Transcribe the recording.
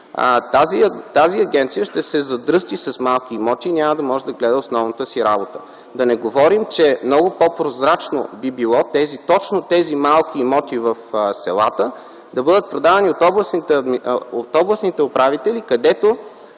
тази агенция ще се задръсти с малки имоти и няма да може да гледа основната си работа. Да не говорим, че много по-прозрачно би било точно тези малки имоти в селата да бъдат продавани от областните управители, тъй